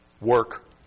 work